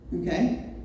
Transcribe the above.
Okay